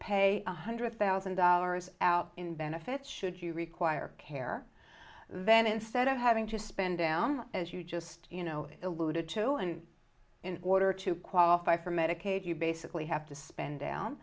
one hundred thousand dollars out in benefits should you require care then instead of having to spend down as you just you know eluded to and in order to qualify for medicaid you basically have to spend down